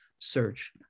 search